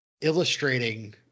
Illustrating